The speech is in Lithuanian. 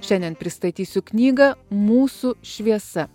šiandien pristatysiu knygą mūsų šviesa